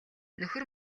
нөхөр